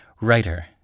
writer